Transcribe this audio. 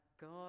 God